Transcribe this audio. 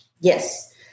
Yes